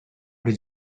did